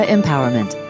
Empowerment